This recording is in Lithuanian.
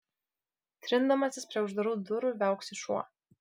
trindamasis prie uždarų durų viauksi šuo